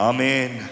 Amen